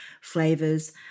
flavors